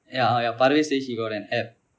ya ya parves say he got an app